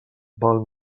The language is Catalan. val